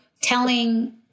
telling